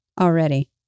already